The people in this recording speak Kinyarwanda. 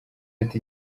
ati